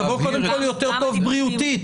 מצבו קודם כל יותר טוב בריאותית,